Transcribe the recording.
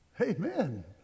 Amen